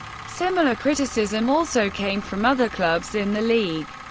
similar criticism also came from other clubs in the league.